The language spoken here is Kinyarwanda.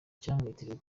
cyamwitiriwe